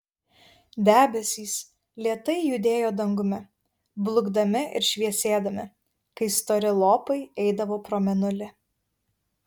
debesys lėtai judėjo dangumi blukdami ir šviesėdami kai stori lopai eidavo pro mėnulį